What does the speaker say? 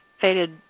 faded